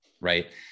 Right